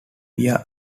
via